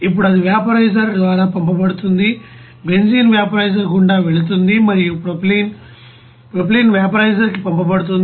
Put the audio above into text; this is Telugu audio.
ఇప్పుడు అది వాపో రైజర్ ద్వారా పంపబడుతుంది బెంజీన్ వాపో రైజర్ గుండా వెళుతుంది మరియు ప్రొపైలిన్ ప్రొపైలిన్ వాపో రైజర్ కి పంపబడుతుంది